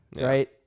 Right